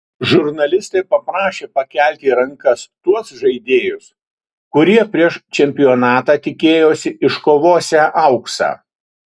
žurnalistai paprašė pakelti rankas tuos žaidėjus kurie prieš čempionatą tikėjosi iškovosią auksą